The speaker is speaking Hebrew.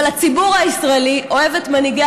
אבל הציבור הישראלי אוהב את מנהיגי